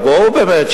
אבל שיבואו באמת,